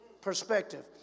Perspective